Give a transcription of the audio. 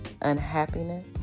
unhappiness